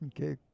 Okay